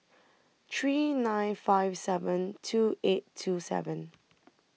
three nine five seven two eight two seven